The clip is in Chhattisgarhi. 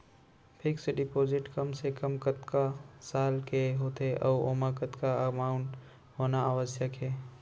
फिक्स डिपोजिट कम से कम कतका साल के होथे ऊ ओमा कतका अमाउंट होना आवश्यक हे?